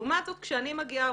לעומת זאת, כשאני מגיעה או